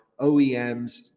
OEMs